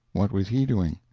what was he doing?